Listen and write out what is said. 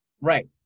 Right